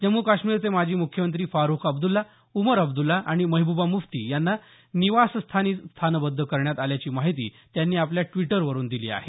जम्मू काश्मीरचे माजी मुख्यमंत्री फारुख अब्दुल्ला उमर अब्दुल्ला आणि मेहबुबा म्फ्ती यांना निवासस्थानीच स्थानबद्ध करण्यात आल्याची माहिती त्यांनी आपल्या व्टिटवरुन दिली आहे